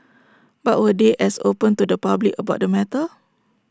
but were they as open to the public about the matter